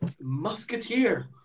musketeer